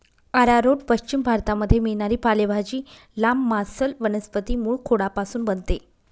arrowroot पश्चिम भारतामध्ये मिळणारी पालेभाजी, लांब, मांसल वनस्पती मूळखोडापासून बनते